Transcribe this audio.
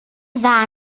dda